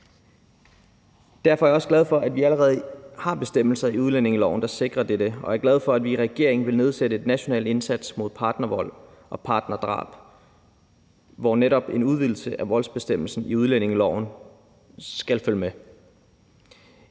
Derfor er jeg også glad for, at vi allerede har bestemmelser i udlændingeloven, der sikrer dette, og jeg er glad for, at vi i regeringen vil igangsætte en national indsats mod partnervold og partnerdrab, hvor netop en udvidelse af voldsbestemmelsen i udlændingeloven skal følge med.